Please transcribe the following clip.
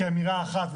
כאמירה אחת,